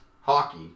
Hockey